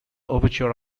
overture